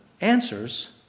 answers